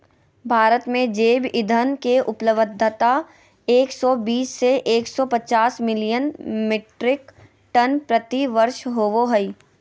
भारत में जैव ईंधन के उपलब्धता एक सौ बीस से एक सौ पचास मिलियन मिट्रिक टन प्रति वर्ष होबो हई